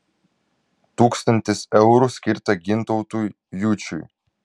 tūkstantis eurų skirta gintautui jučiui